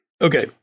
Okay